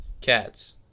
cats